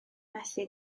methu